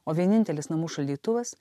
o vienintelis namų šaldytuvas